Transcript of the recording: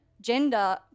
gender